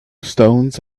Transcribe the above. stones